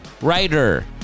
writer